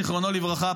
זיכרונו לברכה,